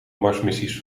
marsmissies